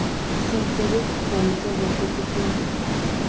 संकरित गायीच्या जाती किती आहेत?